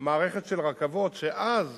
מערכת של רכבות, שאז